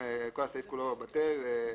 כל הסעיף כולו בטל.